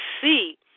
see